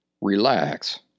relax